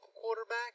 quarterback